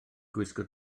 gwisgo